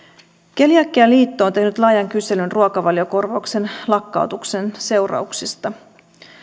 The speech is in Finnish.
keliakialiitto on on tehnyt laajan kyselyn ruokavaliokorvauksen lakkautuksen seurauksista